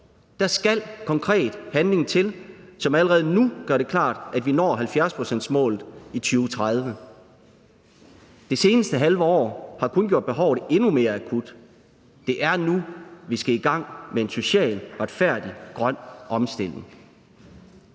Der skal konkret handling til, som allerede nu gør det klart, at vi når 70-procentsmålet i 2030. Det seneste halve år har kun gjort behovet endnu mere akut. Det er nu, vi skal i gang med en socialt retfærdig grøn omstilling.